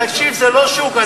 תקשיב, זה לא שוק.